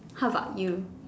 how about you